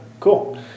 Cool